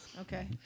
Okay